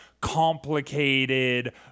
complicated